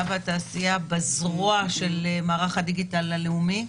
והתעשייה בזרוע של מערך הדיגיטל הלאומי.